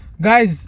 Guys